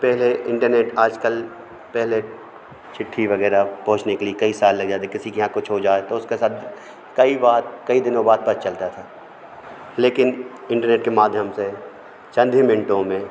पहले इंटरनेट आज कल पहले चिट्ठी वग़ैरह पहुँचने के लिए कई साल लग जाते किसी के यहाँ कुछ हो जाए तो उसके साथ कई बाद कई दिनों बाद पता चलता था लेकिन इंटरनेट के माध्यम से चन्द ही मिनटों में